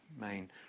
main